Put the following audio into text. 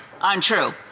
untrue